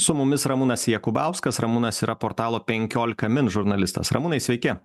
su mumis ramūnas jakubauskas ramūnas yra portalo penkiolika min žurnalistas ramūnai sveiki